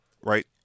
right